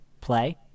play